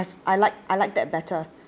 if I like I like that better